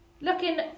looking